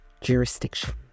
jurisdiction